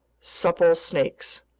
supple snakes.